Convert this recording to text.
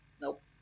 Nope